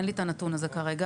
אין לי את הנתון הזה כרגע,